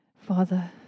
Father